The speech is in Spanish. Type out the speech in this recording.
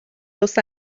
los